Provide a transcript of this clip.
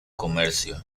comercio